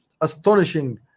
astonishing